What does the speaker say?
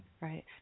Right